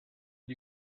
die